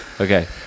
okay